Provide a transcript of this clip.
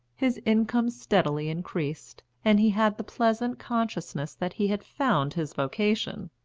his income steadily increased, and he had the pleasant consciousness that he had found his vocation.